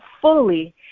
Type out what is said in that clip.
fully